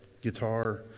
guitar